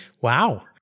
Wow